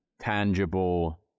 tangible